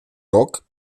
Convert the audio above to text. rok